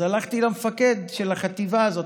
אז הלכתי למפקד של החטיבה הזאת,